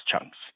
chunks